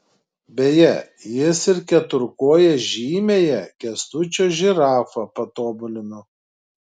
beje jis ir keturkoję žymiąją kęstučio žirafą patobulino